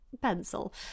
Pencil